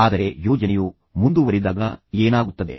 ಆದರೆ ಯೋಜನೆಯು ಮುಂದುವರಿದಾಗ ಏನಾಗುತ್ತದೆ